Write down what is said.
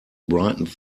brightened